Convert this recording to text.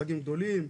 מפגעים גדולים,